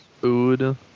Food